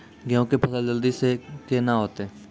गेहूँ के फसल जल्दी से के ना होते?